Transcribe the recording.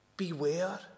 Beware